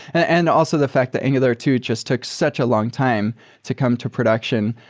and also the fact the angular two just took such a long time to come to production.